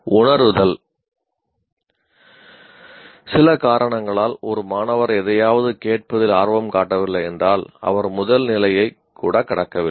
உணருதல் சில காரணங்களால் ஒரு மாணவர் எதையாவது கேட்பதில் ஆர்வம் காட்டவில்லை என்றால் அவர் முதல் நிலையை கூட கடக்கவில்லை